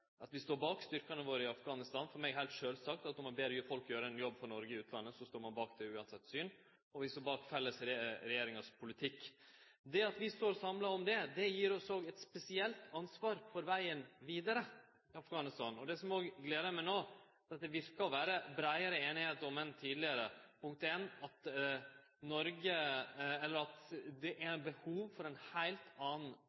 bak styrkane våre i Afghanistan, noko som er heilt sjølvsagt. Når ein ber folk gjere ein jobb for Noreg i utlandet, står ein bak det, uansett syn, og vi står bak regjeringas felles politikk. Det at vi står samla om det, gir oss også eit spesielt ansvar for vegen vidare i Afghanistan. Det som gleder meg, er at det no verkar som det er breiare einigheit enn tidlegare – for det første om at det er behov for ein heilt annan